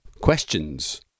Questions